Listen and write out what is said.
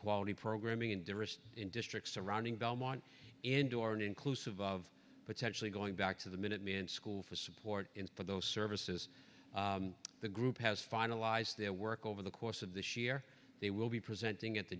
quality programming interest in districts surrounding belmont indoor and inclusive of potentially going back to the minuteman school for support for those services the group has finalized their work over the course of this year they will be presenting at the